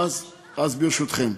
אז ברשותכם,